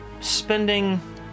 spending